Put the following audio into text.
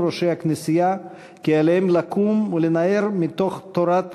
ראשי הכנסייה כי עליהם לקום ולנער מתוך תורת